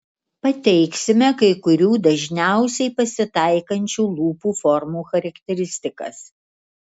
pateiksime kai kurių dažniausiai pasitaikančių lūpų formų charakteristikas